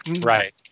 right